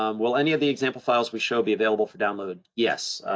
um will any of the example files we show be available for download? yes,